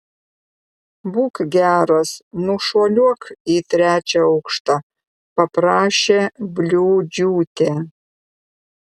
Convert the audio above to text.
būk geras nušuoliuok į trečią aukštą paprašė bliūdžiūtė